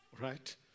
right